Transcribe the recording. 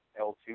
L2